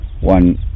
one